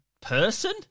person